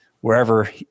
wherever